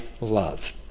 love